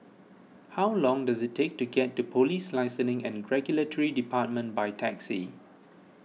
how long does it take to get to Police and Regulatory Department by taxi